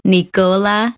Nicola